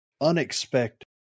unexpected